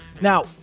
Now